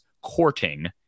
courting